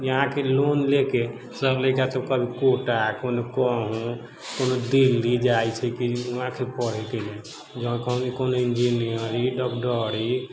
यहाँके लोन ले के सब लड़िका सब कोटा कोनो कहूँ कोनो दिल्ली जाइ छै कि वहां पढ़ैके लेल कौनो इंजीनियरिंग डॉक्टरी